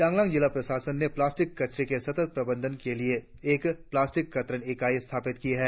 चांगलांग जिला प्रशासन ने प्लास्टिक कचरे के सतत प्रबंधन के लिए एक प्लास्टिक कतरन इकाई स्थापित की है